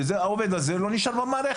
העובד הזה לא נשאר במערכת.